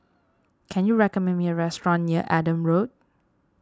can you recommend me a restaurant near Adam Road